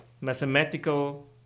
mathematical